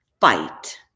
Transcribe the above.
fight